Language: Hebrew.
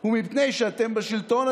הוא מפני שאתם בשלטון,